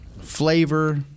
flavor